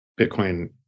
Bitcoin